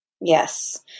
Yes